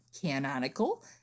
canonical